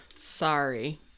Sorry